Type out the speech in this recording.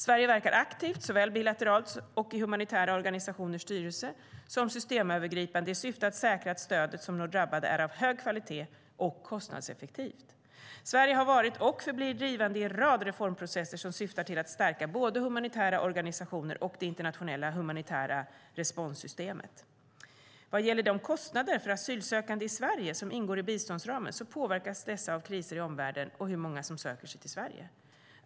Sverige verkar aktivt, såväl bilateralt och i humanitära organisationers styrelser som systemövergripande, i syfte att säkra att stödet som når drabbade är av hög kvalitet och kostnadseffektivt. Sverige har varit och förblir drivande i en rad reformprocesser som syftar till att stärka både humanitära organisationer och det internationella humanitära responssystemet. Vad gäller de kostnader för asylsökande i Sverige som ingår i biståndsramen påverkas dessa av kriser i omvärlden och hur många som söker sig till Sverige.